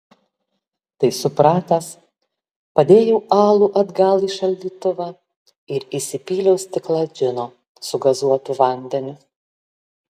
tai supratęs padėjau alų atgal į šaldytuvą ir įsipyliau stiklą džino su gazuotu vandeniu